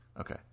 okay